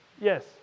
yes